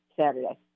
Saturday